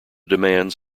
demands